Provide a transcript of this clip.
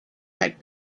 had